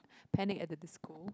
Panic at the Disco